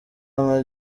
ama